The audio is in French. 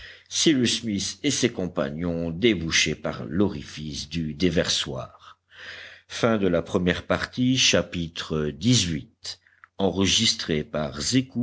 cyrus smith et ses compagnons débouchaient par l'orifice du déversoir